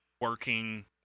working